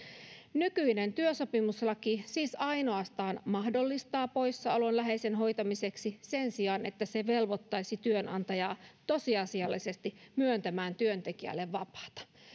nykyinen työsopimuslaki siis ainoastaan mahdollistaa poissaolon läheisen hoitamiseksi sen sijaan että se velvoittaisi työnantajaa tosiasiallisesti myöntämään työntekijälle vapaata